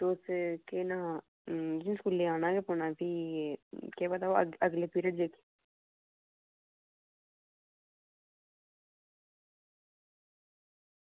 ते केह् नांऽ उसी स्कूलै आना गै पौना फ्ही केह् पता ओह् अगला पीरियड जे